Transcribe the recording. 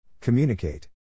Communicate